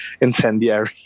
incendiary